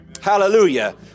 Hallelujah